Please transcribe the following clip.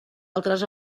altres